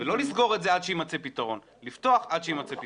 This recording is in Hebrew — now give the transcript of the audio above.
ולא לסגור את זה עד שיימצא פתרון אלא לפתוח עד שיימצא פתרון.